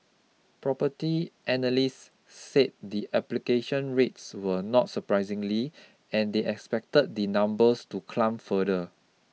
property analysts said the application rates were not surprisingly and they expected the numbers to climb further